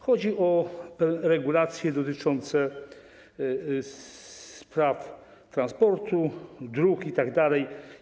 Chodzi o regulacje dotyczące spraw transportu, dróg itd.